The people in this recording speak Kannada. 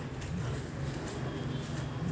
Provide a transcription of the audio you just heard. ಯಾವ ಯಾವ ಬ್ಯಾಂಕಿನಲ್ಲಿ ಕೃಷಿ ಸಾಲ ಸಿಗುತ್ತದೆ?